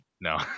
No